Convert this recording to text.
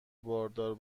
باردار